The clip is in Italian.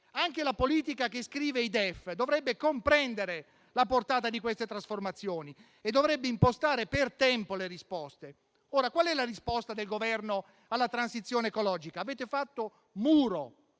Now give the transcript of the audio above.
anche quella che scrive il DEF, dovrebbe comprendere la portata di queste trasformazioni e dovrebbe impostare per tempo le risposte. Qual è la risposta del Governo alla transizione ecologica? Avete fatto muro